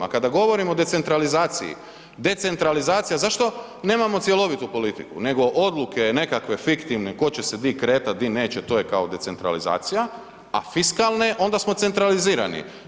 A kada govorimo o decentralizaciji, decentralizacija, zašto nemamo cjelovitu politiku nego odluke nekakve fiktivne ko će se di kretati, di neće, to je kao decentralizacija, a fiskalne, onda smo centralizirani.